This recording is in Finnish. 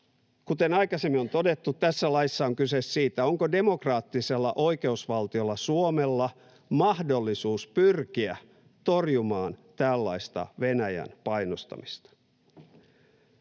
Kuten aikaisemmin on todettu, tässä laissa on kyse siitä, onko demokraattisella oikeusvaltiolla Suomella mahdollisuus pyrkiä torjumaan tällaista Venäjän painostamista.